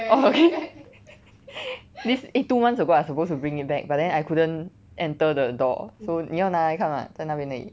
我 this eh two months ago I was suppose to bring it back but then I couldn't enter the door so 你要拿来看吗在那边而已